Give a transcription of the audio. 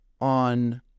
on